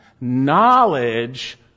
knowledge